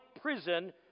prison